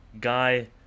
guy